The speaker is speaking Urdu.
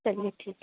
چلیے ٹھیک